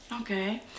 Okay